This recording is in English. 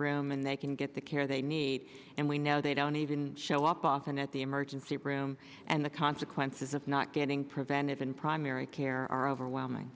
room and they can get the care they need and we know they don't even show up often at the emergency room and the consequences of not getting preventive and primary care are overwhelming